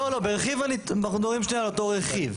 לא, לא, ברכיב, אנחנו על אותו רכיב.